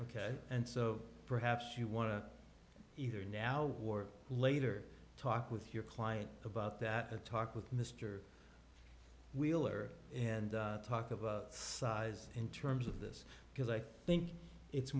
ok and so perhaps you want to either now war later talk with your client about that at talk with mr wheeler and talk of a size in terms of this because i think it's